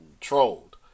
trolled